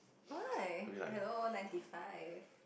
why hello ninety five